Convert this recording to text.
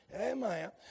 Amen